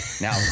Now